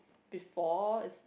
before is